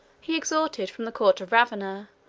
he extorted, from the court of ravenna,